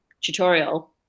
tutorial